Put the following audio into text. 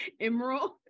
Emerald